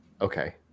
Okay